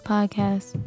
Podcast